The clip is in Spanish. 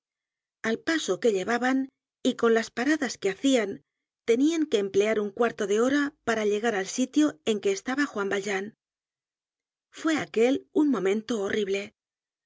al paso que llevaban y con las paradas que hacian tenian que emplear un cuarto de hora para llegar al sitio en que estaba juan valjean fue aquel un momento horrible